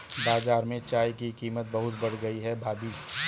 बाजार में चाय की कीमत बहुत बढ़ गई है भाभी